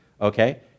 Okay